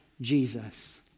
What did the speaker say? Jesus